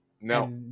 No